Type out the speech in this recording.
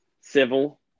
civil